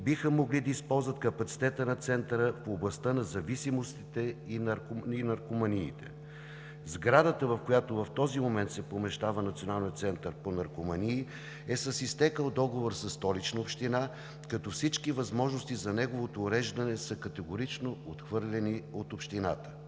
биха могли да използват капацитета на Центъра в областта на зависимостите и наркоманиите. Сградата, в която в този момент се помещава Националният център по наркомании, е с изтекъл договор със Столичната община, като всички възможности за неговото уреждане са категорично отхвърляни от общината.